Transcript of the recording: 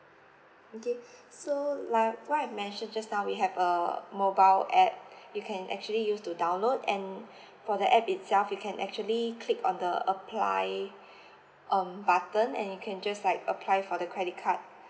okay so like what I mentioned just now we have a mobile app you can actually use to download and for the app itself you can actually click on the apply um button and you can just like apply for the credit card